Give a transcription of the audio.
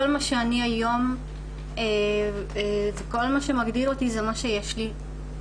כל מה שמגדיר אותי ביום יום זה כל מה שיש לי כאן,